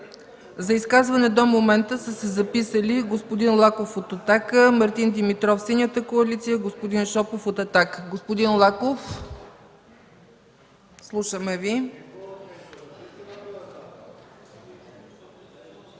За изказване до момента са се записали господин Лаков от „Атака”, Мартин Димитров – Синята коалиция, и господин Шопов от „Атака”. Господин Лаков, слушаме Ви.